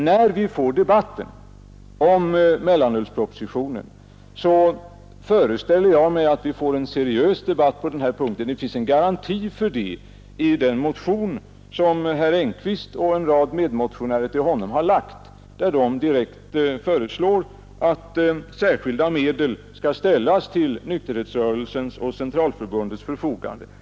När vi skall behandla mellanölspropositionen föreställer jag mig att vi får en seriös debatt på detta område. Det finns en garanti härför i den motion som herr Engkvist och en rad medmotionärer till honom väckt och vari det direkt föreslås att särskilda medel skall ställas till nykterhetsrörelsens och Centralförbundets förfogande.